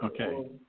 okay